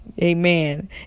Amen